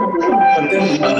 רופאים.